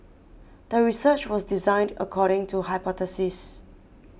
the research was designed according to hypothesis